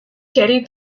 kerry